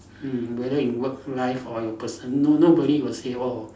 mm whether in work life or your personal no nobody will say oh